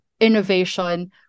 innovation